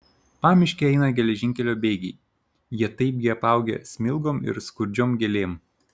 pamiške eina geležinkelio bėgiai jie taipgi apaugę smilgom ir skurdžiom gėlėm